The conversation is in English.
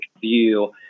view